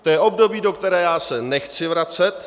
To je období, do kterého já se nechci vracet.